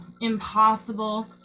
impossible